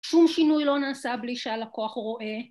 שום שינוי לא נעשה בלי שהלקוח רואה.